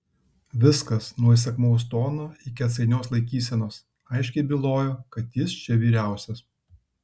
viskas nuo įsakmaus tono iki atsainios laikysenos aiškiai bylojo kad jis čia vyriausias